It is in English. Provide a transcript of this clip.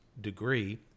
degree